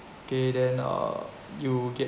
okay then uh you get